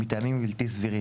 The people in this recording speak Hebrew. מטעמים בלתי סבירים,